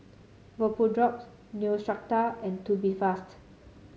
Vapodrops Neostrata and Tubifast